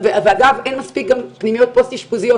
ואגב, אין מספיק גם פנימיות פוסט אשפוזיות.